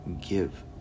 give